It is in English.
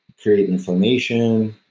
create inflammation.